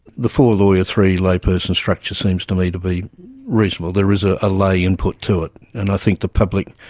the four lawyer, three layperson structure seems to me to be reasonable. there is a ah lay input to it, and i think the public,